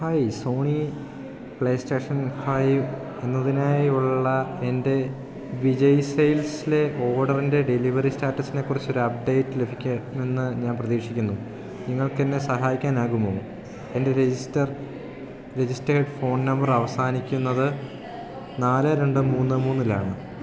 hi Sony PlayStation five എന്നതിനായുള്ള എൻ്റെ വിജയ് സെയിൽസ്ലെ ഓർഡറിൻ്റെ ഡെലിവറി സ്റ്റാറ്റസിനെക്കുറിച്ച് ഒരു അപ്ഡേറ്റ് ലഭിക്കുമെന്ന് ഞാൻ പ്രതീക്ഷിക്കുന്നു നിങ്ങൾക്കെന്നെ സഹായിക്കാനാകുമോ എൻ്റെ രജിസ്റ്റർ രജിസ്റ്റേർഡ് ഫോൺ നമ്പർ അവസാനിക്കുന്നത് നാല് രണ്ട് മൂന്ന് മൂന്നിലാണ്